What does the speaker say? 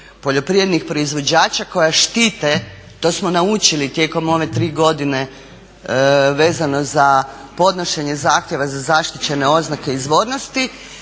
poljoprivrednih proizvođača koja štite, to smo naučili tijekom ove tri godine vezano za podnošenje Zahtjeva za zaštićene oznake izvornosti.